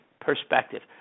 perspective